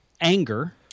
Anger